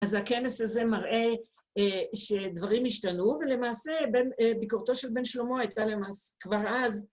אז הכנס הזה מראה שדברים השתנו, ולמעשה ביקורתו של בן שלמה הייתה למעשה כבר אז.